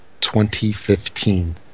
2015